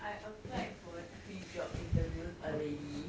I applied for three job interviews already